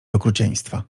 okrucieństwa